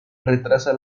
retrasa